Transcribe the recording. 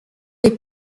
est